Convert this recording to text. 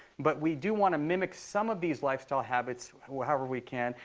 but we do want to mimic some of these lifestyle habits however we can.